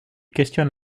questionne